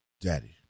Daddy